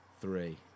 three